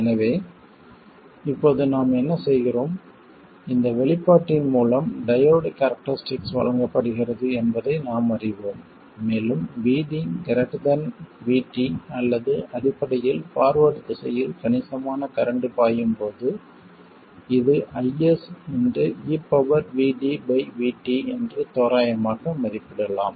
எனவே இப்போது நாம் என்ன செய்கிறோம் இந்த வெளிப்பாட்டின் மூலம் டையோடு கேரக்டரிஸ்டிக் வழங்கப்படுகிறது என்பதை நாம் அறிவோம் மேலும் VD Vt அல்லது அடிப்படையில் பார்வேர்ட் திசையில் கணிசமான கரண்ட் பாயும் போது இது IS eVdVt என்று தோராயமாக மதிப்பிடலாம்